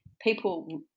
people